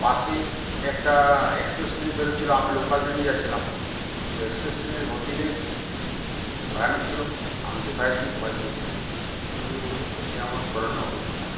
পাশেই একটা express train পেতেছিলো আমি লোকাল ট্রেনে যাচ্ছিলাম তো এক্সপ্রেস ট্রেনের গতিবেগ ভয়ানক ছিল আমি যথার্থই ভয় খেয়েছিলাম এটুকুই বলব এটাই আমার স্মরণীয় অভিজ্ঞতা